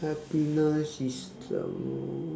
happiness is the